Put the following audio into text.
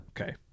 Okay